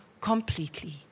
completely